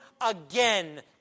again